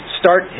start